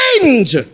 change